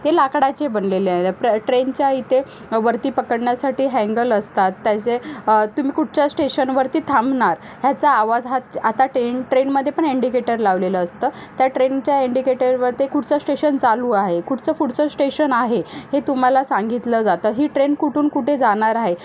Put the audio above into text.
ते लाकडाचे बनलेले आहे प्र ट्रेनच्या इथे वरती पकडण्यासाठी हँगल असतात त्याचे तुम्ही कुठच्या स्टेशनवरती थांबणार ह्याचा आवाज हा आता टेन ट्रेनमध्ये पण इंडिकेटर लावलेलं असतं त्या ट्रेनच्या इंडिकेटरवरती कुठचं स्टेशन चालू आहे कुठचं पुढचं स्टेशन आहे हे तुम्हाला सांगितलं जातं ही ट्रेन कुठून कुठे जाणार आहे